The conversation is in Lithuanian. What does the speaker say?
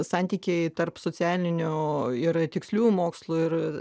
santykį tarp socialinio ir tiksliųjų mokslų ir